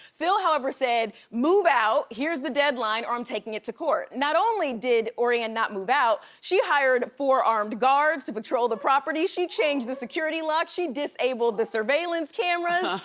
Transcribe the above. phil however said, move out, here's the deadline, or i'm taking it to court. not only did orianne not move out, she hired four armed guards to patrol the property. she changed the security lock. she disabled the surveillance cameras.